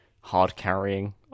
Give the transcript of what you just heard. hard-carrying